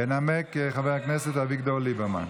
ינמק חבר הכנסת אביגדור ליברמן.